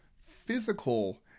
physical